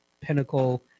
Pinnacle